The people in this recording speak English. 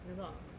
拿到